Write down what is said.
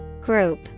Group